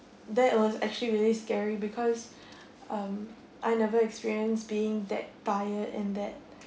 that was actually really scary because um I never experience being that tired and that